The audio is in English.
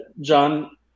John